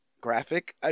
graphic